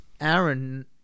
Aaron